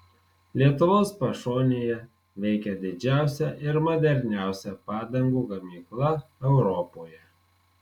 lietuvos pašonėje veikia didžiausia ir moderniausia padangų gamykla europoje